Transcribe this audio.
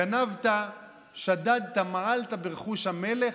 גנבת, שדדת, מעלת ברכוש המלך,